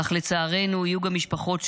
אך לצערנו יהיו גם משפחות שלא.